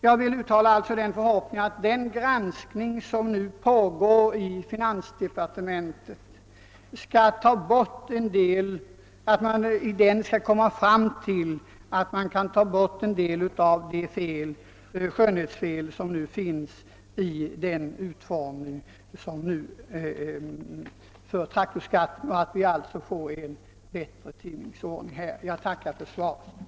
Jag vill uttala den förhoppningen, att den granskning som nu pågår i finansdepartementet skall leda till att man kan ta bort en del av de skönhetsfel som finns i traktorskattens nuvarande utformning, så att vi får en bättre tingens ordning. Jag tackar för svaret.